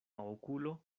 okulo